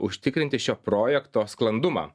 užtikrinti šio projekto sklandumą